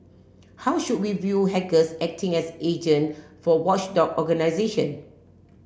how should we view hackers acting as agent for watchdog organisation